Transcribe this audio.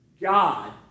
God